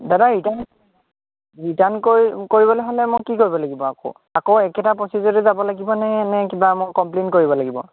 দাদা return return কৰি কৰিবলৈ হ'লে মই কি কৰিব লাগিব আকৌ আকৌ একেটা প্ৰচেছতে যাব লাগিবনে নে কিবা মই কমপ্লেইণ কৰিব লাগিব